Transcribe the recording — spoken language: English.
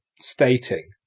stating